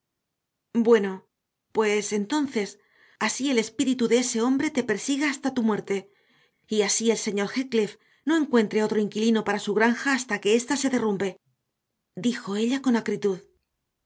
bueno pues entonces así el espíritu de ese hombre te persiga hasta tu muerte y así el señor heathcliff no encuentre otro inquilino para su granja hasta que ésta se derrumbe dijo ella con acritud